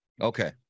Okay